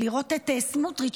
לראות את סמוטריץ',